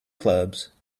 clubs